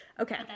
Okay